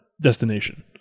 destination